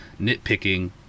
nitpicking